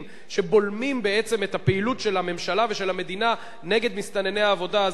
שבולמים בעצם את הפעילות של הממשלה ושל המדינה נגד מסתנני עבודה,